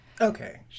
okay